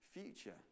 future